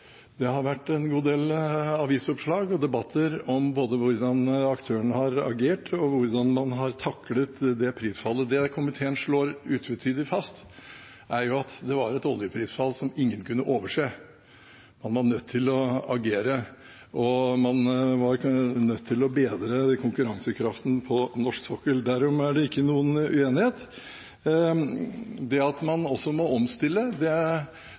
Det har vært en god del avisoppslag og debatter om både hvordan aktørene har agert, og hvordan man har taklet prisfallet. Det komiteen slår utvetydig fast, er at det var et oljeprisfall som ingen kunne overse. Man var nødt til å agere, og man var nødt til å bedre konkurransekraften på norsk sokkel – derom er det ikke noen uenighet. Det at man også må omstille, skjønner komiteen veldig godt. Det